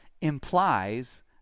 implies